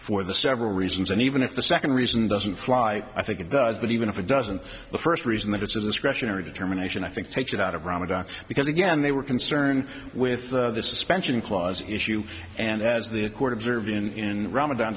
for the several reasons and even if the second reason doesn't fly i think it does but even if it doesn't the first reason that it's a discretionary determination i think takes it out of ramadan because again they were concerned with the suspension clause issue and as the court observed in ramadan